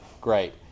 great